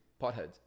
potheads